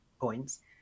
points